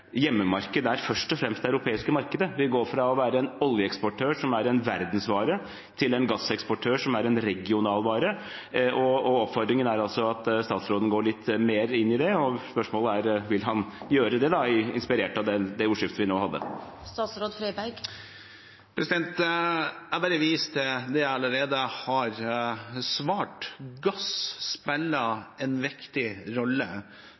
hjemmemarked er først og fremst det europeiske markedet. Vi går fra å være en eksportør av olje, som er en verdensvare, til å være en eksportør av gass, som er en regional vare. Oppfordringen er altså at statsråden går litt mer inn i det. Spørsmålet er om han vil gjøre det – inspirert av det ordskiftet vi nå hadde. Jeg viser bare til det jeg allerede har svart. Gass spiller en viktig rolle